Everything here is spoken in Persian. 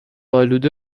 آلوده